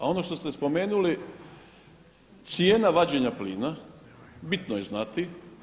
A ono što ste spomenuli cijena vađenja plina, bitno je znati.